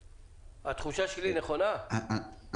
התחושה שלי נכונה, מר מטר?